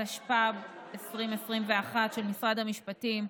התשפ"ב 2021, של משרד המשפטים,